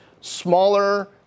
smaller